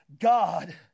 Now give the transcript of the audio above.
God